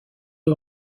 eux